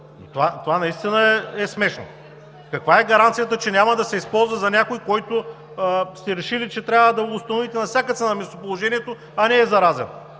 Това наистина е смешно. Каква е гаранцията, че няма да се използва за някого, на когото сте решили, че трябва да му установите на всяка цена местоположението, а не е зараза?!